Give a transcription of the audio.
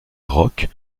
rock